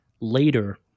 later